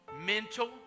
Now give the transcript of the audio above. mental